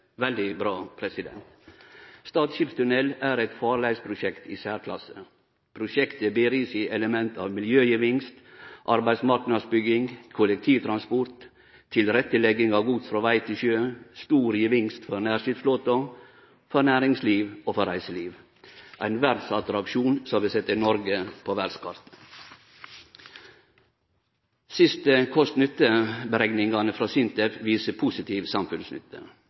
veldig bra! Stad skipstunnel er i eit farleiprosjekt i særklasse. Prosjektet ber i seg element av miljøgevinst, arbeidsmarknadsbygging, kollektivtransport, og tilrettelegging av gods frå veg til sjø. Det er ein stor gevinst for nærskipsflåten, for næringsliv og for reiseliv – ein verdsattraksjon som vil setje Noreg på verdskartet. Dei siste kost–nytte-berekningane frå SINTEF viser positiv samfunnsnytte.